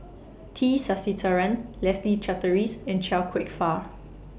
T Sasitharan Leslie Charteris and Chia Kwek Fah